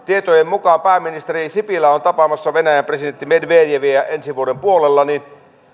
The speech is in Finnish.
tietojen mukaan pääministeri sipilä on tapaamassa venäjän presidentti medvedeviä ensi vuoden puolella ja